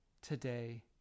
today